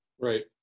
right